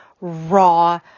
raw